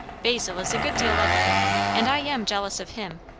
basil is a good deal like a brother, and i am jealous of him.